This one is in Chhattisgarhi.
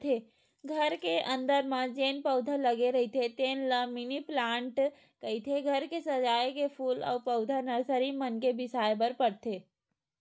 घर के अंदर म जेन पउधा लगे रहिथे तेन ल मिनी पलांट कहिथे, घर के सजाए के फूल अउ पउधा नरसरी मन ले बिसाय बर परथे